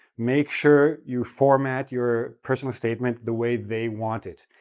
make sure you format your personal statement the way they want it.